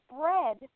bread